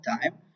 time